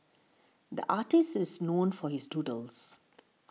the artist is known for his doodles